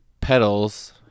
petals